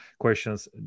questions